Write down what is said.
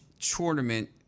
Tournament